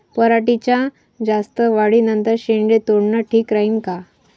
पराटीच्या जास्त वाढी नंतर शेंडे तोडनं ठीक राहीन का?